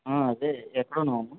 ఆ అదే ఎక్కడున్నావు